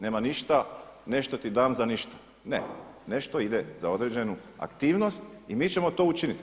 Nema ništa ne šteti dan za ništa, ne nešto ide za određenu aktivnost i mi ćemo to učiniti.